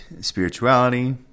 spirituality